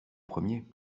premier